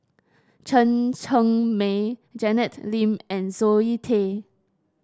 Chen Cheng Mei Janet Lim and Zoe Tay